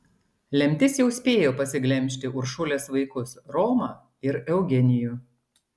lemtis jau spėjo pasiglemžti uršulės vaikus romą ir eugenijų